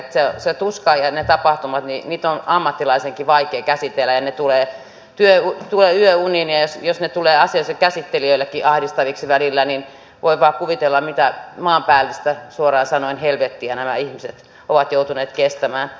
sitä tuskaa ja niitä tapahtumia on ammattilaisenkin vaikea käsitellä ja ne tulevat yöuniin ja jos ne tulevat asian käsittelijöillekin ahdistaviksi välillä niin voi vain kuvitella mitä maanpäällistä suoraan sanoen helvettiä nämä ihmiset ovat joutuneet kestämään